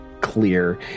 clear